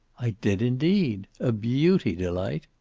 i did, indeed. a beauty, delight.